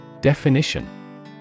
Definition